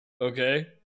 okay